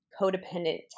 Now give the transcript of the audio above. codependent